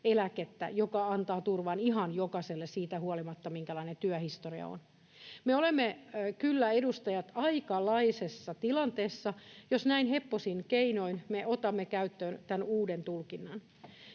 joka antaa turvan ihan jokaiselle siitä huolimatta, minkälainen työhistoria on. Me edustajat olemme kyllä aikalaisessa tilanteessa, jos näin heppoisin keinoin me otamme käyttöön tämän uuden tulkinnan,